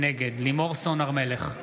נגד לימור סון הר מלך,